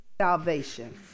salvation